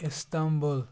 Istanbul